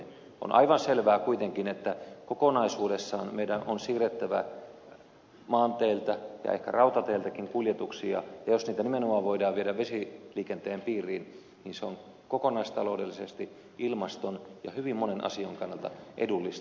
on aivan selvää kuitenkin että kokonaisuudessaan meidän on siirrettävä maanteiltä ja ehkä rautateiltäkin kuljetuksia ja jos niitä nimenomaan voidaan viedä vesiliikenteen piiriin niin se on kokonaistaloudellisesti ilmaston ja hyvin monen muun asian kannalta edullista